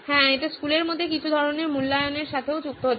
এটি স্কুলের মধ্যে কিছু ধরণের মূল্যায়নের সাথেও যুক্ত হতে পারে